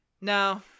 no